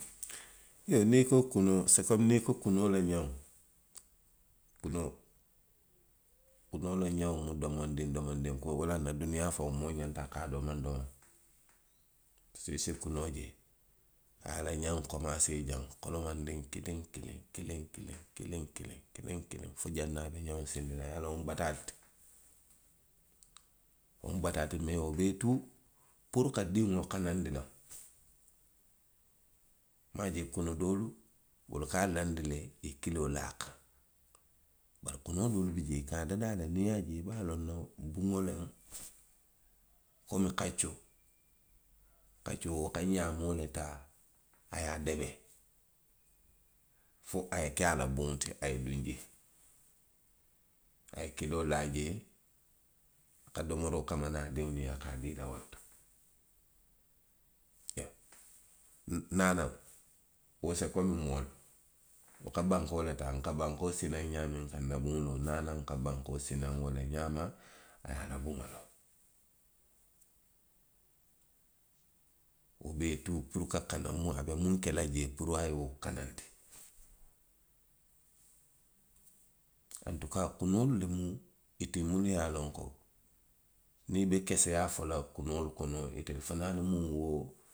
Niŋ i ko kuno se komi niŋ i ko kunoo la ňeŋo. Kunoo; kunoo la ňeŋo mu domondiŋ domondiŋ kuu le ti. Wo laŋ na duniyaa faŋo moolu ye ka i la haajoo doomaŋ doomaŋ ne. I si si kunoo je, a ye a la ňeŋ komaase jaŋ. kolomandiŋ kiliŋ kiliŋ, kiliŋ, kiliŋ, kiliŋ, kiliŋ kiliŋ, kiliŋ fo janniŋ a be a la ňeŋ siindi la, i ye a loŋ wo mu bataa le ti. Wo mu bataa le ti. Bari wo bee tuu puru ka diŋolu kanandi loŋ. i maŋ a je kunu doolu wolu ka a laandi i ye kiloo laa. Bari kunoo doolu bi jee i ka a dadaa le, niŋ i ye a je, i be a loŋ na le ko i ye buŋ loo le, komi kaccoo. Kaccoo, wo ka ňaamoo le taa. a ye a debe fo a ye ke a la buŋo ti, a ye duŋ jee. A ye kiloo laa jee. ka domoroo kamanaŋ a diŋolu ye. a ka a dii i la wo le to. E naanaŋo wo se komi moolu. wo ka bankoo le taa. Nka bankoo sinaŋ ňaamiŋ ka a nooni. naanaŋo a bankoo sinaŋ wo le ňaama, a ye a la buŋo loo. Wo bee tuu puru ka kana ňiŋ na a be muŋ ke la jee puru a ye wo kanandi. Antukaa kunoolu bi jee le minnu ye a loŋ ko niŋ i be keseyaa fo la kunoolu kono, itelu fanaalu mu.